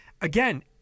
again